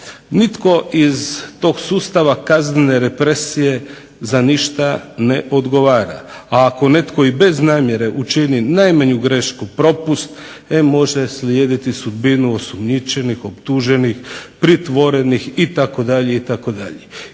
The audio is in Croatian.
Nitko iz tog sustava kaznene represije za ništa odgovara. Ako netko bez namjere učini i najmanju grešku propust može slijediti sudbinu osumnjičenih, optuženih, pritvorenih itd. I